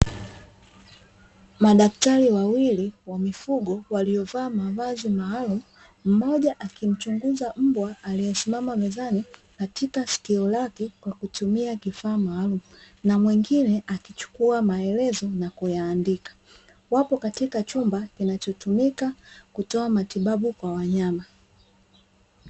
Madaktari wawili wa mifugo waliovaa mavazi maalumu, mmoja akimchunguza mbwa aliyesimama mezani katika sikio lake kwa kutumia kifaa maalumu na mwingine akichukua maelezo na kuayaandika, wapo katika chumba kinachotumika kutoa matibabu kwa wanyama.